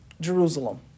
Jerusalem